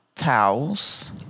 Towels